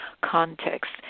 context